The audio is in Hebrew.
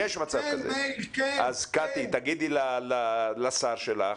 קטי, תגידי לשר שלך,